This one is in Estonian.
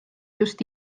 just